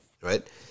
right